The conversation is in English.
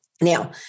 Now